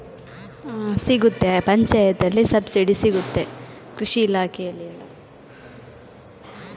ರಸಗೊಬ್ಬರಕ್ಕೆ ಸಬ್ಸಿಡಿ ಸಿಗ್ತದಾ?